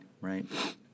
right